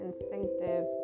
instinctive